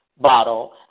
bottle